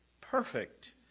perfect